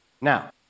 Now